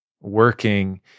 working